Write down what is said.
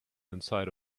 inside